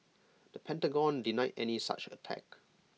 the Pentagon denied any such attack